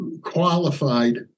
qualified